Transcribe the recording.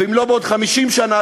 ואם לא בעוד 50 שנה,